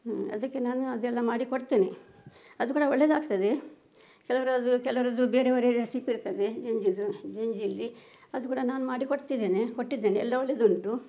ಹ್ಞೂ ಅದಕ್ಕೆ ನಾನು ಅದೆಲ್ಲ ಮಾಡಿ ಕೊಡ್ತೇನೆ ಅದು ಕೂಡ ಒಳ್ಳೆಯದಾಗ್ತದೆ ಕೆಲವರದ್ದು ಕೆಲವರದ್ದು ಬೇರೆ ಬೇರೆ ರೆಸಿಪಿ ಇರ್ತದೆ ಜೆಂಜಿದು ಜೆಂಜಿಯಲ್ಲಿ ಅದು ಕೂಡ ನಾನು ಮಾಡಿ ಕೊಡ್ತಿದ್ದೇನೆ ಕೊಟ್ಟಿದ್ದೇನೆ ಎಲ್ಲ ಒಳ್ಳೆಯದುಂಟು